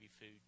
food